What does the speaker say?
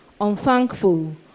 Unthankful